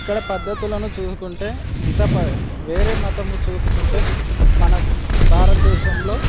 ఇక్కడ పద్ధతులను చూసుకుంటే ఇత ప వేరే మతం చూసుకుంటే మన భారతదేశంలో